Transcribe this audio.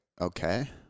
okay